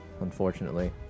unfortunately